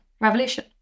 revolution